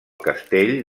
castell